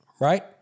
right